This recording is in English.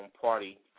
party